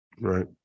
right